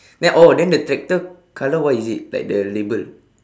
then oh then the tractor colour what is it like the label